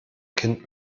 kind